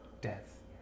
death